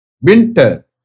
Winter